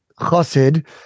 chassid